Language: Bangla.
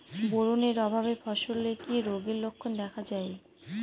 বোরন এর অভাবে ফসলে কি রোগের লক্ষণ দেখা যায়?